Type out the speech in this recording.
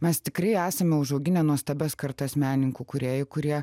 mes tikrai esame užauginę nuostabias kartas menininkų kūrėjų kurie